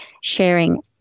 sharing